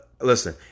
listen